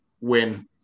win